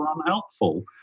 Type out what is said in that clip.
unhelpful